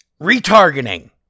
Retargeting